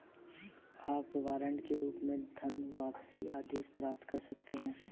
आप वारंट के रूप में धनवापसी आदेश प्राप्त कर सकते हैं